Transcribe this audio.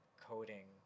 coding